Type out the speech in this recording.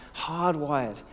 hardwired